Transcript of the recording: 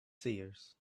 seers